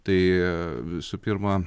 tai visų pirma